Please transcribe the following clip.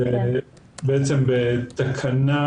אחרי תקנה